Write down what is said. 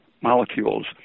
molecules